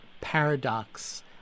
paradox